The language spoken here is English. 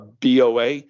BOA